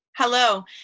Hello